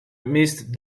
missed